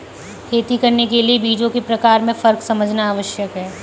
खेती करने के लिए बीजों के प्रकार में फर्क समझना आवश्यक है